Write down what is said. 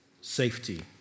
safety